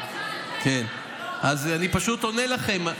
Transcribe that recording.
אני פשוט עונה לכם.